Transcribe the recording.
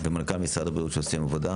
ומנכ"ל משרד הבריאות שעושים עבודה.